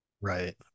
Right